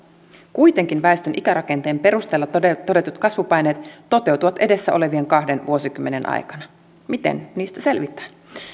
kuitenkin väestön ikärakenteen perusteella todetut todetut kasvupaineet toteutuvat edessä olevien kahden vuosikymmenen aikana miten niistä selvitään